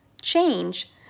change